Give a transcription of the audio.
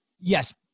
yes